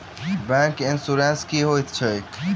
Bank insurance की होइत छैक?